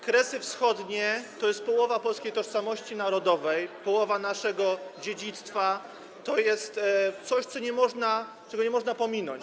Kresy Wschodnie to jest połowa polskiej tożsamości narodowej, połowa naszego dziedzictwa; to jest coś, czego nie można pominąć.